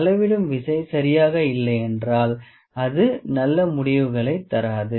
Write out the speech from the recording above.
அளவிடும் விசை சரியாக இல்லை என்றால் அது நல்ல முடிவுகளைத் தராது